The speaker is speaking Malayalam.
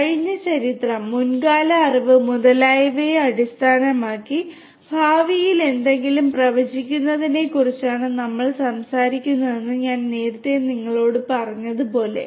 കഴിഞ്ഞ ചരിത്രം മുൻകാല അറിവ് മുതലായവയെ അടിസ്ഥാനമാക്കി ഭാവിയിൽ എന്തെങ്കിലും പ്രവചിക്കുന്നതിനെക്കുറിച്ചാണ് ഞങ്ങൾ സംസാരിക്കുന്നതെന്ന് ഞാൻ നേരത്തെ നിങ്ങളോട് പറഞ്ഞതുപോലെ